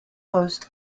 host